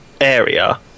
area